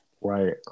right